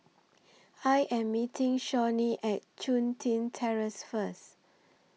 I Am meeting Shawnee At Chun Tin Terrace First